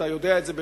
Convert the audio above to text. אתה יודע את זה,